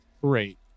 Great